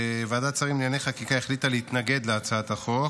ועדת שרים לענייני חקיקה החליטה להתנגד להצעת החוק,